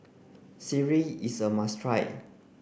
Sireh is a must try